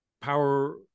power